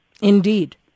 Indeed